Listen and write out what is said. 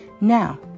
Now